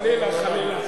חלילה, חלילה.